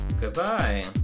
Goodbye